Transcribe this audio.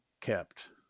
kept